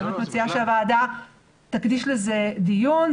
אני מציעה שהוועדה תקדיש לזה דיון.